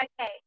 Okay